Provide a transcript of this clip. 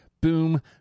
boom